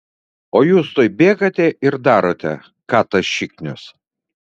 o jūs tuoj bėgate ir darote ką tas šiknius